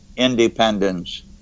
Independence